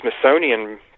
Smithsonian